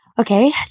Okay